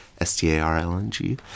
S-T-A-R-L-N-G